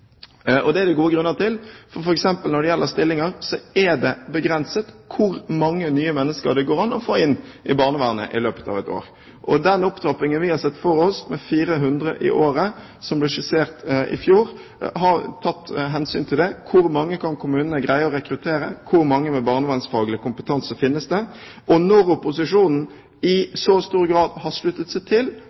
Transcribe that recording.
Det er det gode grunner til, for f.eks. når det gjelder stillinger, er det begrenset hvor mange nye mennesker det går an å få inn i barnevernet i løpet av et år. Den opptrappingen vi har sett for oss med 400 i året, som ble skissert i fjor, har tatt hensyn til det. Hvor mange kan kommunene greie å rekruttere? Hvor mange med barnevernsfaglig kompetanse finnes det? Når opposisjonen i så stor grad har sluttet seg til